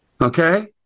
Okay